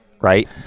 right